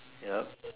yup